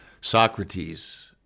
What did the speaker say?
Socrates